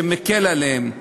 שמקל עליהם.